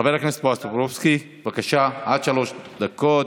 חבר הכנסת בועז טופורובסקי, בבקשה, עד שלוש דקות.